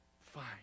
fine